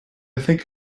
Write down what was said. think